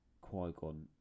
Qui-Gon